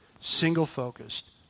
single-focused